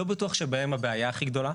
לא בטוח שבהם הבעיה הכי גדולה.